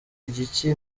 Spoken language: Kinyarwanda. igiki